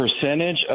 percentage